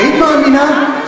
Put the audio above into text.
היית מאמינה?